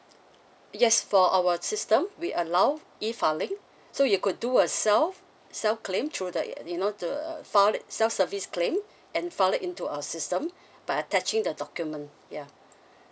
yes for our system we allow E filing so you could do a self self claim through the you know the uh file self service claim and file it into our system by attaching the document ya